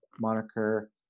moniker